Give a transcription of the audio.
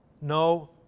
No